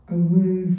away